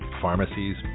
pharmacies